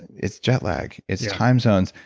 it's jet lag, it's time zones.